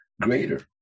greater